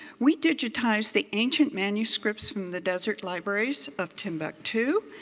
we digitized the ancient manuscripts from the desert libraries of timbuktu.